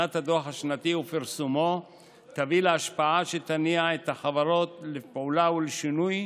להכנת הדוח השנתי ולפרסומו תביא להשפעה שתניע את החברות לפעולה ולשינוי,